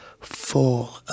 full